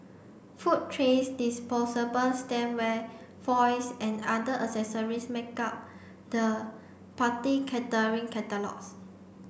food trays disposable stemware foils and other accessories make up the party catering catalogues